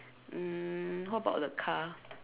um how about the car